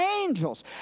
angels